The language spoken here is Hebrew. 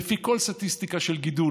לפי כל סטטיסטיקה של גידול,